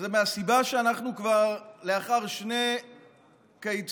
וזה מהסיבה שאנחנו כבר לאחר שני קיצים